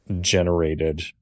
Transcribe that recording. generated